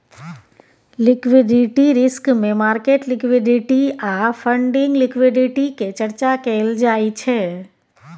liquidity risk मे market liquidity आ funding liquidity के चर्चा कएल जाइ छै